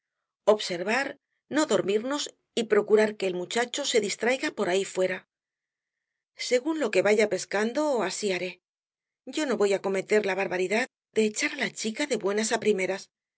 observar no dormirnos y procurar que el muchacho se distraiga por ahí fuera según lo que vaya pescando así haré yo no voy á cometer la barbaridad de echar á la chica de buenas á primeras si